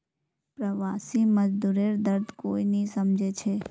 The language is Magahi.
प्रवासी मजदूरेर दर्द कोई नी समझे छे